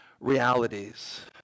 realities